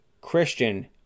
Christian